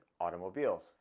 automobiles